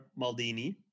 Maldini